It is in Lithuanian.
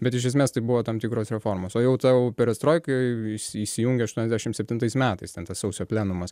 bet iš esmės tai buvo tam tikros reformos o jau ta jau perestroika įsi įsijungė aštuoniasdešim septintais metais ten tas sausio plenumas